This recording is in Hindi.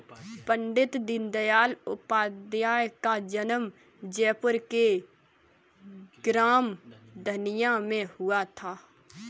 पण्डित दीनदयाल उपाध्याय का जन्म जयपुर के ग्राम धनिया में हुआ था